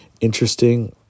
interesting